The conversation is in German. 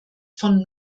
von